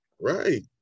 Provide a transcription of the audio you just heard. Right